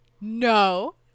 No